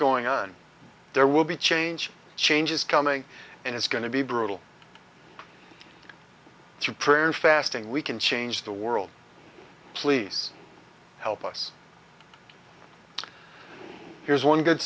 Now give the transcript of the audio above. going on there will be change change is coming and it's going to be brutal through prayer and fasting we can change the world please help us here's one good